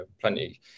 plenty